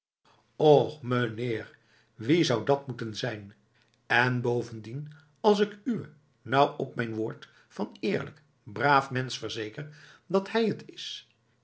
och meneer wie zou dat moeten zijn en bovendien als ik uwé nou op mijn woord van eerlijk braaf mensch verzeker dat hij het is